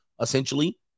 Essentially